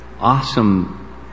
awesome